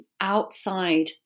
outside